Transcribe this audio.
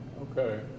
Okay